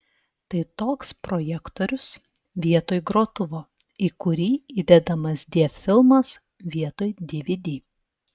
tai toks projektorius vietoj grotuvo į kurį įdedamas diafilmas vietoj dvd